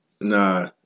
Nah